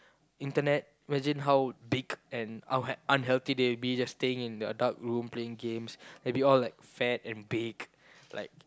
internet imagine how big and how unh~ unhealthy they'll be just staying in the dark room playing games maybe all like fat and big like